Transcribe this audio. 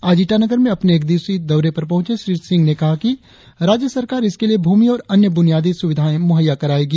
आज ईटानगर में अपने एक दिवसीय दौरे पर पहुचे श्री सिंह ने कहा कि राज्य सरकार इसके लिए भूमि और अन्य बुनियादी सुविधाए मुहैया करायेगी